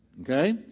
Okay